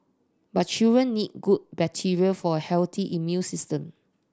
but children need good bacteria for a healthy immune system